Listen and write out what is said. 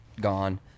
gone